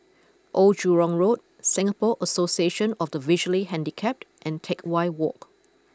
Old Jurong Road Singapore Association of the Visually Handicapped and Teck Whye Walk